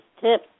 tip